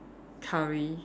curry